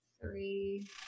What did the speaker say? Three